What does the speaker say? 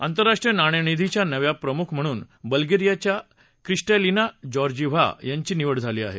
आंतरराष्ट्रीय नाणेनिधीच्या नव्या प्रमुख म्हणून बल्गेरियाच्या क्रिस्टर्सिना जॉर्जिव्हा यांची निवड झाली आहे